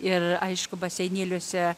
ir aišku baseinėliuose